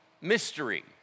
mystery